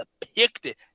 depicted